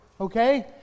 Okay